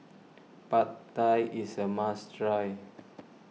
Pad Thai is a must try